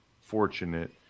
fortunate